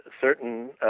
certain